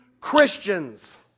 Christians